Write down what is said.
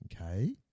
okay